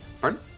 Pardon